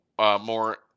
more